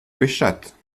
pêchâtes